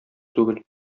түгел